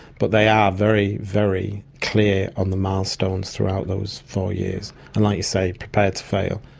but they are very, very clear on the milestones throughout those four years and, like you say, prepare to fail.